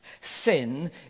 Sin